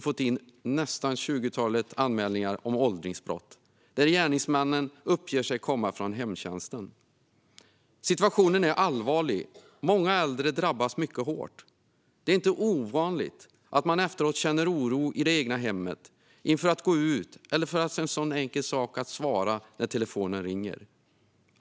fått in nästan ett tjugotal anmälningar om åldringsbrott där gärningsmännen uppgett sig komma från hemtjänsten. Situationen är allvarlig. Många äldre drabbas mycket hårt. Det är inte ovanligt att man efteråt känner oro i det egna hemmet, inför att gå ut eller inför en så enkel sak som att svara när telefonen ringer.